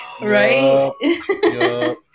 Right